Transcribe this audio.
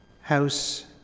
house